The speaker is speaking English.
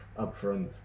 upfront